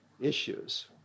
issues